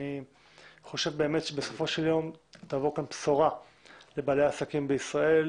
אני חושב שבסופו של יום תבוא כאן בשורה לבעלי העסקים בישראל.